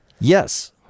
Yes